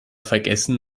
vergessen